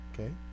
Okay